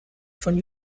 von